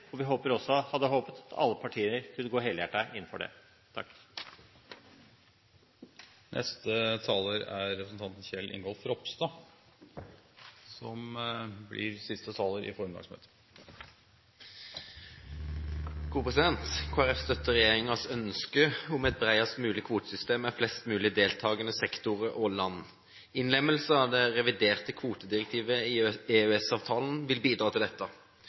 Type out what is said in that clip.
som vi støtter, og vi hadde også håpet at alle partier kunne gå helhjertet inn for det. Kristelig Folkeparti støtter regjeringens ønske om et bredest mulig kvotesystem med flest mulig deltagende sektorer og land. Innlemmelse av det reviderte kvotedirektivet i EØS-avtalen vil bidra til dette.